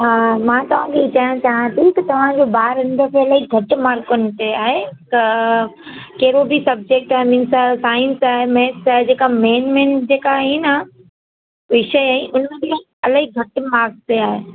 हा मां तव्हांखे ई चवणु चाहियां थी की तव्हांजो ॿारु हिन दफ़े इलाही घटि मार्कुनि ते आहे त कहिड़ो बि सबजैक्ट आहे मीन्स साइंस आहे मैथ्स आहे जेका मेन मेन जेका आहिनि न विषय हुन में बि इलाही घटि मार्क्स ते आहे